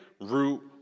root